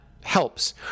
helps